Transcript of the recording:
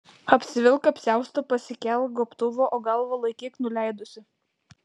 apsivilk apsiaustą pasikelk gobtuvą o galvą laikyk nuleidusi